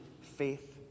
faith